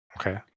okay